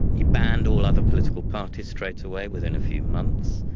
he banned all other political parties straightaway within a few months.